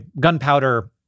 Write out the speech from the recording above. gunpowder